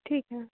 ठीक है